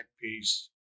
piece